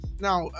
Now